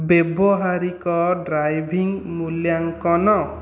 ବ୍ୟବହାରିକ ଡ୍ରାଇଭିଂ ମୂଲ୍ୟାଙ୍କନ